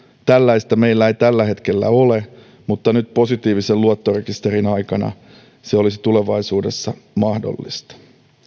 tällaista meillä ei tällä hetkellä ole mutta nyt positiivisen luottorekisterin aikana se olisi tulevaisuudessa mahdollista